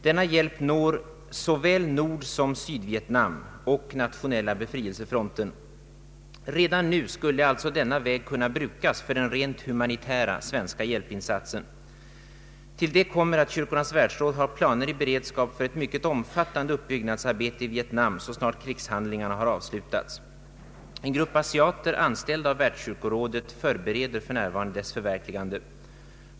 Denna hjä'p når såväl Nordsom Sydvietnam och Nationella befrielsefronten. Redan nu skulle alltså denna väg kunna brukas för den rent humanitära svenska hjälpinsatsen. Till detta kommer att Kyrkornas Världsråd haft planer i beredskap för ett mycket omfattande uppbyggnadsarbete i Vietnam så snart krigshandlingarna har avslutats. En grupp asiater, anställda av Världskyrkorådet, förbereder för närvarande dess förverkligande.